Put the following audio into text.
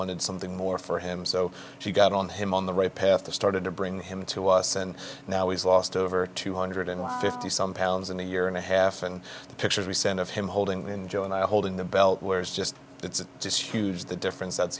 wanted something more for him so she got on him on the right path to started to bring him to us and now he's lost over two hundred fifty some pounds in a year and a half and the pictures we sent of him holding the enjoy and i holding the belt where it's just it's just huge the difference that